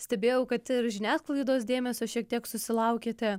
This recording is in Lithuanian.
stebėjau kad ir žiniasklaidos dėmesio šiek tiek susilaukėte